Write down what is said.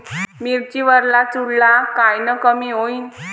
मिरची वरचा चुरडा कायनं कमी होईन?